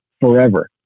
forever